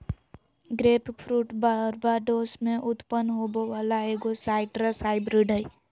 grapefruit Barbados में उत्पन्न होबो वला एगो साइट्रस हाइब्रिड हइ